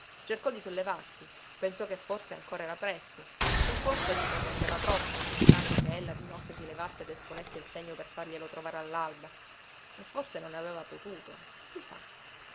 cercò di sollevarsi pensò che forse ancora era presto che forse egli pretendeva troppo contando che ella di notte si levasse ed esponesse il segno per farglielo trovare all'alba che forse non aveva potuto chi